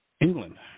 England